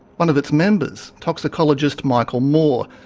one of its members, toxicologist michael moore,